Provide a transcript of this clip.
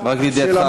רק לידיעתך,